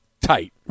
tight